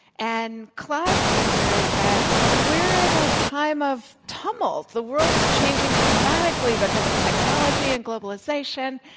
and clive's answer is that we're in a time of tumult. the world's changing dramatically because of technology and globalization,